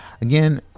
again